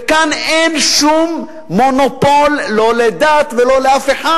וכאן אין שום מונופול לא לדת ולא לאף אחד.